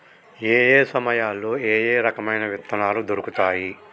ఏయే సమయాల్లో ఏయే రకమైన విత్తనాలు దొరుకుతాయి?